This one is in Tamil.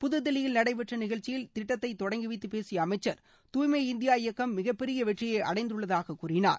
புதுதில்லியில் நடைபெற்ற நிகழ்ச்சியில் திட்டத்தை தொடங்கிவைத்துப் பேசிய அமைச்சர் துய்மை இந்தியா இயக்கம் மிகப் பெரிய வெற்றியை அடைந்துள்ளதாக கூறினார்